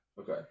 okay